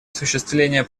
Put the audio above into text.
осуществления